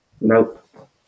Nope